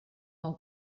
nou